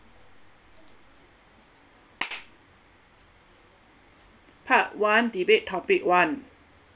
part one debate topic one